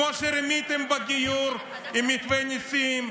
כמו שרימיתם בגיור עם מתווה ניסים,